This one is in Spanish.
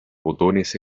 fotones